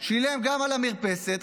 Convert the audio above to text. שילם גם על המרפסת,